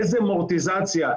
איזה אמורטיזציה,